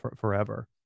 forever